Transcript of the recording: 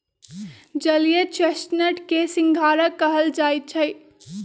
जलीय चेस्टनट के सिंघारा कहल जाई छई